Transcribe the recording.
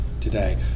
today